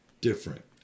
different